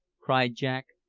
cried jack.